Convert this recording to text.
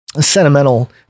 sentimental